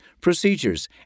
procedures